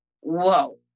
whoa